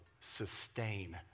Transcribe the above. sustain